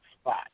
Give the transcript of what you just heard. spot